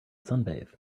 sunbathe